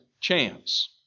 chance